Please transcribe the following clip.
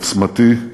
עוצמתי,